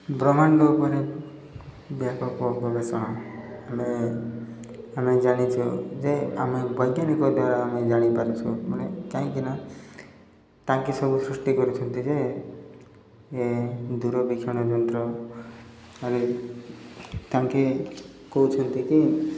ବ୍ରହ୍ମାଣ୍ଡ ଉପରେ ବ୍ୟାପକ ଗବେଷଣ ଆମେ ଆମେ ଜାଣିଛୁ ଯେ ଆମେ ବୈଜ୍ଞାନିକ ଦ୍ୱାରା ଆମେ ଜାଣିପାରୁଛୁ ମାନେ କାହିଁକିନା ତାଙ୍କେ ସବୁ ସୃଷ୍ଟି କରୁଛନ୍ତି ଯେ ଏ ଦୂରବୀକ୍ଷଣ ଯନ୍ତ୍ରରେ ତାଙ୍କେ କହୁଛନ୍ତି କି